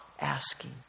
asking